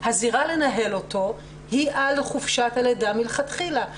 הזירה לנהל אותו היא על חופשת הלידה מלכתחילה,